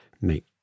make